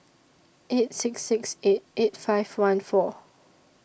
eight six six eight eight five one four